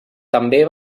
també